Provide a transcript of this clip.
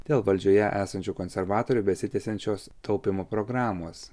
dėl valdžioje esančių konservatorių besitęsiančios taupymo programos